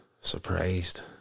Surprised